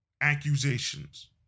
accusations